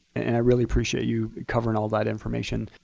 and i really appreciate you covering all that information.